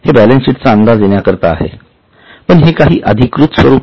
हे balance sheet चा अंदाज येण्याकरिता आहे पण हे काही अधिकृत स्वरूप नाही